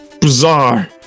bizarre